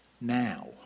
now